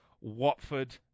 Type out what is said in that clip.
Watford